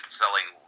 selling